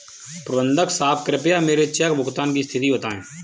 प्रबंधक साहब कृपया मेरे चेक भुगतान की स्थिति बताएं